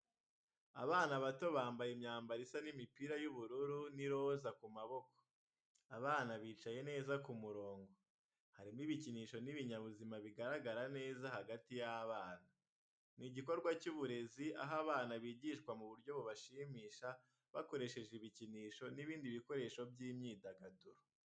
Abana bato bambaye imyambaro isa imipira y'ubururu n'iroza ku maboko. Abana bicaye neza ku murongo. Harimo ibikinisho n’ibinyabuzima bigaragara neza hagati y’abana. Ni igikorwa cy’uburezi aho abana bigishwa mu buryo bubashimisha bakoresheje ibikinisho n'ibindi ibikoresho by’imyidagaduro.